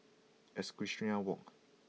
Equestrian Walk